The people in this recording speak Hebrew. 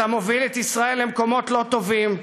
אתה מוביל את ישראל למקומות לא טובים,